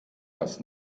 das